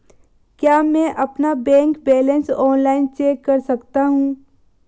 क्या मैं अपना बैंक बैलेंस ऑनलाइन चेक कर सकता हूँ?